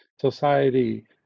society